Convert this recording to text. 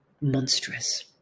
monstrous